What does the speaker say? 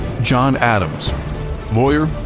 john adams lawyer,